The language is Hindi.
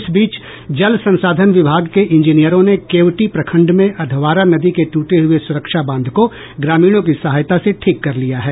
इस बीच जल संसाधन विभाग के इंजीनियरों ने केवटी प्रखंड में अधवारा नदी के टूटे हुए सुरक्षा बांध को ग्रामीणों की सहायता से ठीक कर लिया है